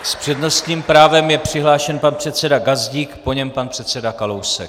S přednostním právem je přihlášen pan předseda Gazdík, po něm pan předseda Kalousek.